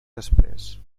després